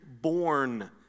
born